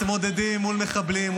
מתמודדים מול מחבלים,